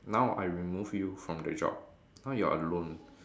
now I remove you from the job now you are alone